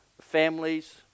families